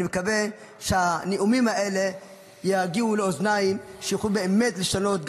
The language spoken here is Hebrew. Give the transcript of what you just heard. אני מקווה שהנאומים האלה יגיעו לאוזניים שיוכלו באמת לשנות,